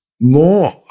more